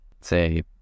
say